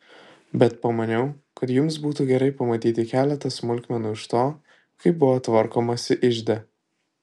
bet pamaniau kad jums būtų gerai pamatyti keletą smulkmenų iš to kaip buvo tvarkomasi ižde